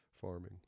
farming